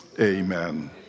Amen